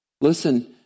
Listen